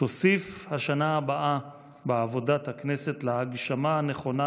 תוסיף השנה הבאה בעבודת הכנסת להגשמה הנכונה